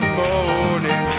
morning